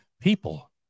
people